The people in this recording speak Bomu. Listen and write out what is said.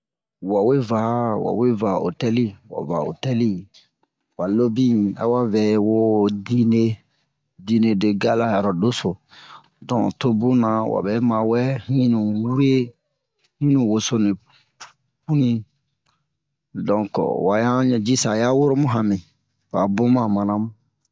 wa wee va wa wee va otɛli wa va otɛli wa lobin awa vɛ wo dine dine de gala yɔrɔ doso donk to bunna wabɛ mawɛ hinnu wure hinnu wosonu puni donk wa ɲan jisa a ya woro mu hami a bun ma mana mu